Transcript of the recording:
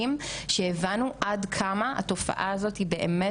אחרי חשיבה במסגרת של שולחן עגול,